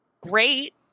great